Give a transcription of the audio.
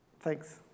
Thanks